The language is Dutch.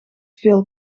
veel